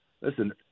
listen